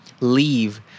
leave